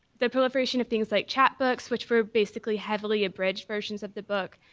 the proliferation of things like chat books, which were basically heavily abridged versions of the book,